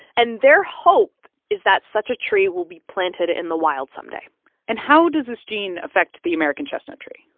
and their hope is that such a tree will be planted in the wild someday and how does this gene affect the american chestnut tree?